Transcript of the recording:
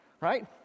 Right